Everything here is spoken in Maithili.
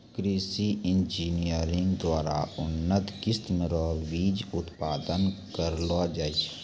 कृषि इंजीनियरिंग द्वारा उन्नत किस्म रो बीज उत्पादन करलो जाय छै